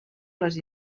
les